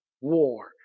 war